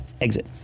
exit